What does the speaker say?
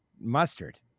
mustard